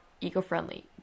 eco-friendly